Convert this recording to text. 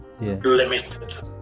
Limited